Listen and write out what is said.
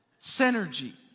synergy